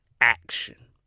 action